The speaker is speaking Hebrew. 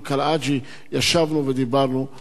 ישבנו ודיברנו, ובאמת היה סיכום.